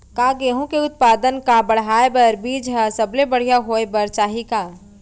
का गेहूँ के उत्पादन का बढ़ाये बर बीज ह सबले बढ़िया होय बर चाही का?